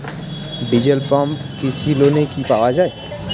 Diesel pump কৃষি লোনে কি পাওয়া য়ায়?